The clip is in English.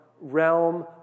realm